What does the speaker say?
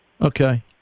Okay